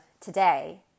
today